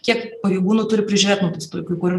kiek pareigūnų turi prižiūrėt nuteistųjų kai kur